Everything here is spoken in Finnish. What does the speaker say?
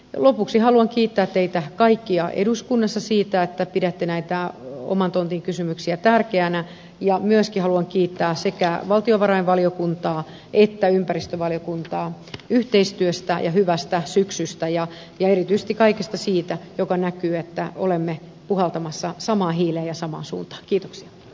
lopuksi haluan kiittää teitä kaikkia eduskunnassa siitä että pidätte näitä oman tontin kysymyksiä tärkeinä ja myöskin haluan kiittää sekä valtiovarainvaliokuntaa että ympäristövaliokuntaa yhteistyöstä ja hyvästä syksystä ja erityisesti kaikesta siitä mistä näkyy että olemme puhaltamassa samaan hiileen ja samaan suuntaan